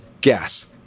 Gas